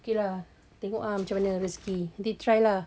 okay lah tengok ah macam mana rezeki nanti try lah